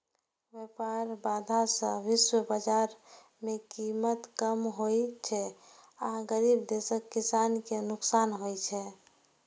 व्यापार बाधा सं विश्व बाजार मे कीमत कम होइ छै आ गरीब देशक किसान कें नुकसान होइ छै